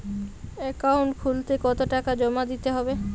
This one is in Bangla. অ্যাকাউন্ট খুলতে কতো টাকা জমা দিতে হবে?